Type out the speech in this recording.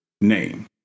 name